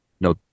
no